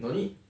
no need